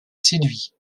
séduit